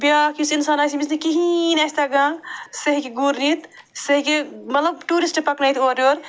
بیٛاکھ یُس اِنسان آسہِ ییٚمِس نہٕ کِہیٖنۍ آسہِ تگان سُہ ہیٚکہِ گُرنِتھ سُہ ہٮ۪کہِ مطلب ٹوٗرسٹ پکنٲیِتھ اورٕ یور